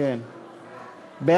והבנייה (תיקון מס' 101), התשע"ד 2014, נתקבל.